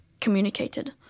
communicated